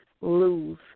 Lose